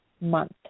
month